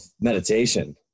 meditation